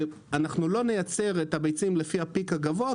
אנחנו לא נייצר את הביצים לפי הפיק הגבוה,